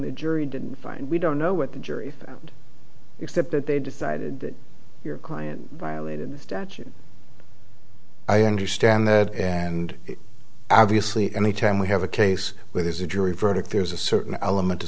the jury didn't find we don't know what the jury except that they decided your client violated the statute i understand that and obviously any time we have a case where there's a jury verdict there's a certain element of